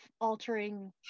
altering